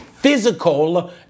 physical